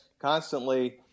constantly